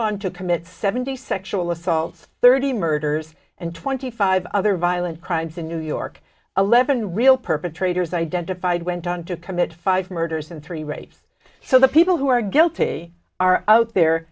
on to commit seventy sexual assaults thirty murders and twenty five other violent crimes in new york eleven real perpetrators identified went on to commit five murders and three rapes so the people who are guilty are out there